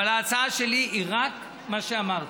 ההצעה שלי היא רק מה שאמרתי.